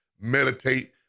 meditate